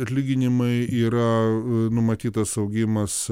atlyginimai yra numatytas augimas